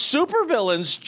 supervillains